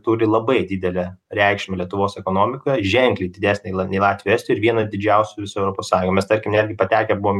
turi labai didelę reikšmę lietuvos ekonomikoj ženkliai didesnę nei latvijoj estijos ir vieną didžiausių europos sąjungoj mes tarkim netgi patekę buvom